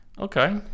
okay